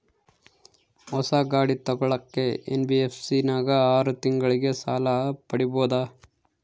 ಹೊಸ ಗಾಡಿ ತೋಗೊಳಕ್ಕೆ ಎನ್.ಬಿ.ಎಫ್.ಸಿ ನಾಗ ಆರು ತಿಂಗಳಿಗೆ ಸಾಲ ಪಡೇಬೋದ?